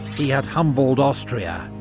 he had humbled austria,